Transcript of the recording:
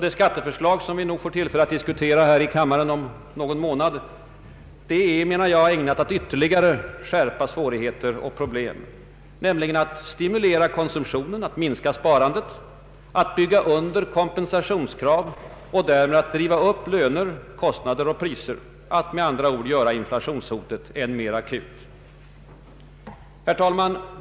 Det skatteförslag som vi kommer att få tillfälle att diskutera här i kammaren om någon månad är ägnat att ytterligare skärpa svårigheter och problem, nämligen att stimulera konsumtionen, att minska sparandet, att bygga under kompensationskrav och därmed driva upp löner, kostnader och priser, att med andra ord göra inflationshotet än mer akut. Herr talman!